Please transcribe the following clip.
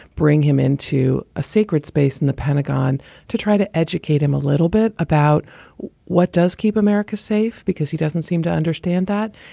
bring him into a sacred space in the pentagon to try to educate him a little bit about what does keep america safe. because he doesn't seem to understand that.